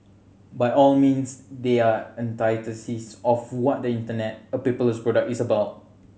by all means they are antithesis of what the Internet a paperless product is about